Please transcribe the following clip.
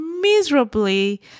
miserably